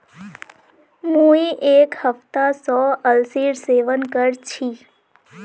मुई एक हफ्ता स अलसीर सेवन कर छि